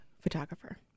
photographer